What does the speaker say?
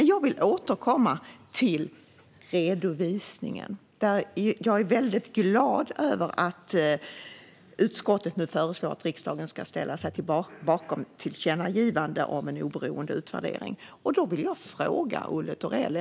Men jag vill återkomma till redovisningen. Jag är mycket glad över att utskottet nu föreslår att riksdagen ska ställa sig bakom ett tillkännagivande om en oberoende utvärdering. Då vill jag ställa en fråga till Olle Thorell.